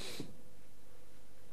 אדוני היושב-ראש, חברי הכנסת,